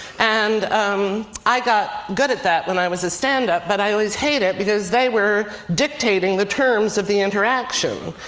and um i got good at that when i was in stand up. but i always hated it because they were dictating the terms of the interaction,